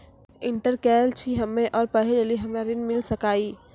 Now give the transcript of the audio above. Inter केल छी हम्मे और पढ़े लेली हमरा ऋण मिल सकाई?